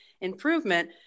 improvement